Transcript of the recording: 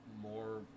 more